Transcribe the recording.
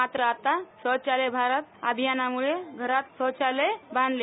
मात्र आता शौचालय भारत अभियानामुळे घरात शौचालय बांधले